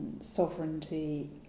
sovereignty